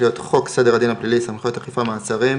- סדר הדין הפלילי (סמכויות אכיפה - מעצרים),